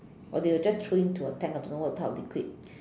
or they will just throw into a tank I don't what type of liquid